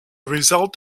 result